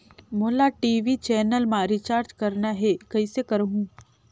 मोला TV channel मा recharge करना हे, कइसे करहुँ?